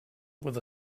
with